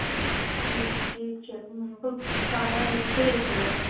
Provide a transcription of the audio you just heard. ٹھیٖک چھُ ٹھیٖک چھُ بہٕ تھاوٕ تَیٲری کٔرِتھ یور